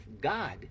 God